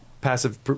passive